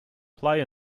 play